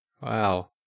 Wow